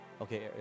okay